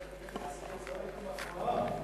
קיבלת מחמאה,